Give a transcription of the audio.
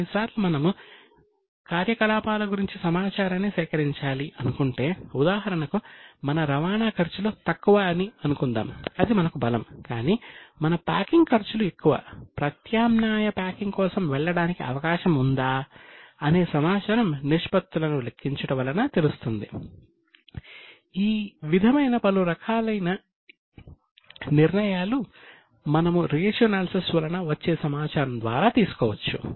కొన్నిసార్లు మనము కార్యకలాపాల గురించి సమాచారాన్ని సేకరించాలి అనుకుంటే ఉదాహరణకు మన రవాణా ఖర్చులు తక్కువ అని అనుకుందాం అది మనకు బలం కానీ మన ప్యాకింగ్ ఖర్చులు వలన వచ్చే సమాచారం ద్వారా తీసుకోవచ్చు